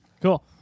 Cool